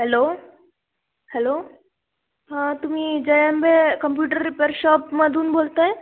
hello hello हां तुम्ही Jai Ambe computer repair शॉपमधून बोलताय